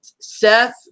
Seth